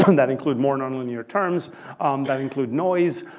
um that include more non-linear terms um that include noise.